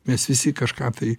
mes visi kažką tai